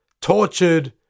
tortured